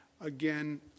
Again